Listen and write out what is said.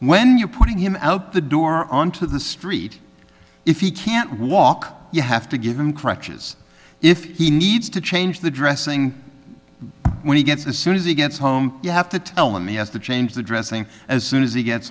when you're putting him out the door onto the street if he can't walk you have to give him correction is if he needs to change the dressing when he gets the soon as he gets home you have to tell him he has to change the dressing as soon as he gets